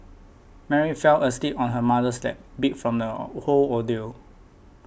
Mary fell asleep on her mother's lap beat from the whole ordeal